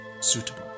suitable